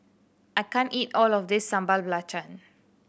I can't eat all of this Sambal Belacan